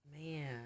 man